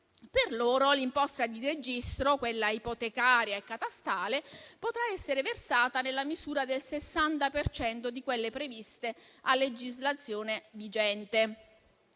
per loro l'imposta di registro, quella ipotecaria e catastale, potrà essere versata nella misura del 60 per cento di quelle previste a legislazione vigente.